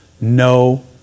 no